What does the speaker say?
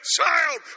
child